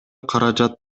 каражат